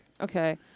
Okay